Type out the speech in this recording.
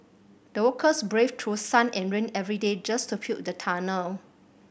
the workers braved through sun and rain every day just to build the tunnel